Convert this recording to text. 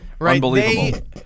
Unbelievable